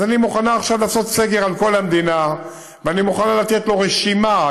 אז אני מוכנה עכשיו לעשות סגר על כל המדינה ואני מוכנה לתת לו רשימה.